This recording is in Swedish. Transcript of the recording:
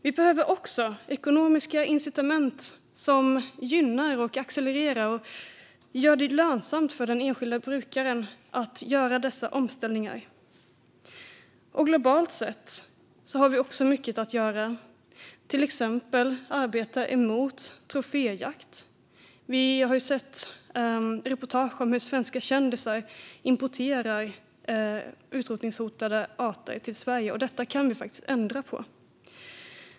Vi behöver också ekonomiska incitament som gynnar och accelererar detta och gör det lönsamt för den enskilda brukaren att göra dessa omställningar. Globalt sett har vi också mycket att göra, till exempel arbeta emot troféjakt. Vi har sett reportage om hur svenska kändisar importerar utrotningshotade arter till Sverige. Detta kan vi faktiskt ändra på.